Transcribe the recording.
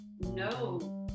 no